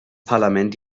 parlament